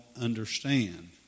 understand